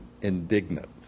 indignant